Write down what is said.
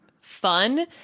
fun